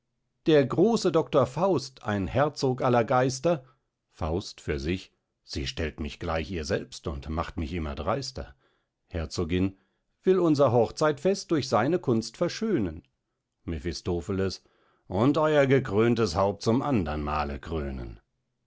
der große doctor faust ein herzog aller geister faust für sich sie stellt mich gleich ihr selbst und macht mich immer dreister herzogin will unser hochzeitfest durch seine kunst verschönen mephistopheles und eur gekröntes haupt zum andern male krönen